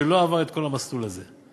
שלא עבר את כל המסלול הזה,